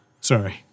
Sorry